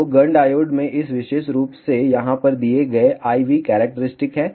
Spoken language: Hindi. तो गन डायोड में इस विशेष रूप से यहाँ पर दिए गए IV कैरेक्टरस्टिक हैं